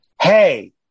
Hey